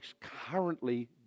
currently